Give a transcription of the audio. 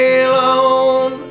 alone